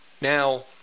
now